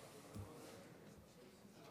3